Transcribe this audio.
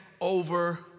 over